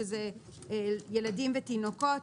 שאלה ילדים ותינוקות,